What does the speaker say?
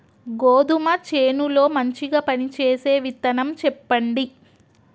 గోధుమ చేను లో మంచిగా పనిచేసే విత్తనం చెప్పండి?